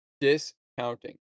discounting